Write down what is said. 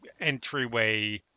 entryway